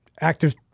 active